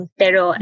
pero